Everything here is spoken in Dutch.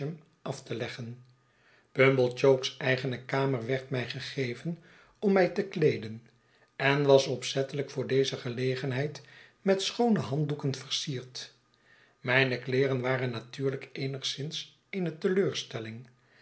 af te leggen pumblechook's eigene kamer werd mij gegeven om mij te kleeden en was opzettelijk voor deze gelegenheid met schoone handdoeken versierdo mijne kleeren waren natuurlijk eenigszins eene teleurstelling